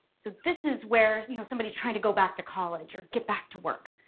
so this is where you know somebody's trying to go back to college or get back to work.